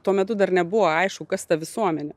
tuo metu dar nebuvo aišku kas ta visuomenė